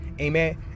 amen